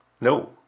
No